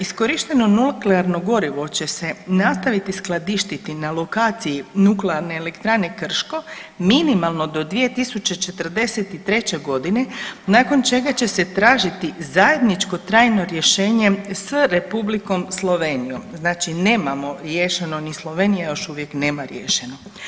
Iskorišteno nuklearno gorivo će se nastaviti skladištiti na lokaciji Nuklearne elektrane Krško minimalno do 2043.g. nakon čega će se tražiti zajedničko trajno rješenje s Republikom Slovenijom, znači nemamo riješeno ni Slovenija još uvijek nema riješeno.